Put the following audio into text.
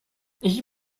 ich